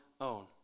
own